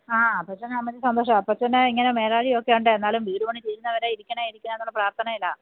ആ അപ്പച്ചനും അമ്മച്ചിയും സന്തോഷമാണ് അപ്പച്ചന് ഇങ്ങനെ മേലായ്ക ഒക്കെ ഉണ്ട് എന്നാലും വീട് പണി തീരുന്നത് വരെ ഇരിക്കണം ഇരിക്കണമെന്നുള്ള പ്രാർത്ഥനയിലാണ്